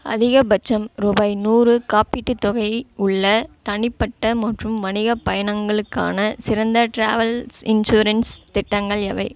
அதிகபட்சம் ரூபாய் நூறு காப்பீட்டுத் தொகை உள்ள தனிப்பட்ட மற்றும் வணிகப் பயணங்களுக்கான சிறந்த ட்ராவல்ஸ் இன்சூரன்ஸ் திட்டங்கள் எவை